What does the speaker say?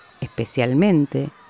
especialmente